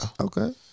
Okay